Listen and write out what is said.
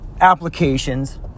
applications